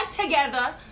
together